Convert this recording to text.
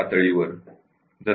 पहिले unit level वर